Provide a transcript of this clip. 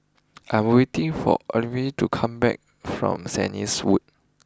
I'm waiting for Ophelia to come back from Saint Anne's wood